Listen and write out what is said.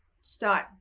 start